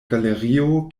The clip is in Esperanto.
galerio